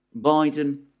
Biden